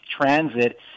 transit